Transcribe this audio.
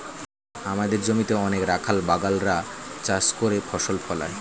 আমাদের জমিতে অনেক রাখাল বাগাল রা চাষ করে ফসল ফলায়